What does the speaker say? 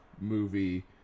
movie